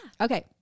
okay